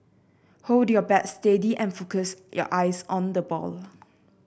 hold your bat steady and focus your eyes on the ball